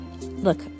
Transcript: look